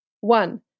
One